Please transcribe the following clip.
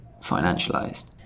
financialized